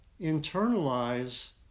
internalize